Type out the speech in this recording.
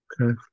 Okay